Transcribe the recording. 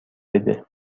بده